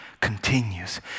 continues